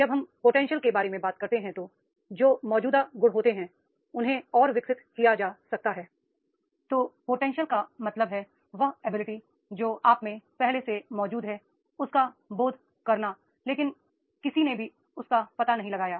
जब हम पोटेंशियल के बारे में बात करते हैं तो जो मौजूद गुण होते हैं उन्हें और विकसित किया जा सकता है तो पोटेंशियल का मतलब है वह एबिलिटी जो आप में पहले से मौजूद है उसका बौद्ध करना लेकिन किसी ने भी उसका पता नहीं लगाया